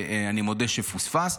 אני מודה שפוספס.